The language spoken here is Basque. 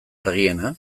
argiena